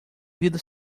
vida